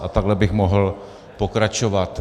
A takhle bych mohl pokračovat.